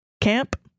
camp